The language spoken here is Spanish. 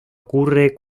ocurre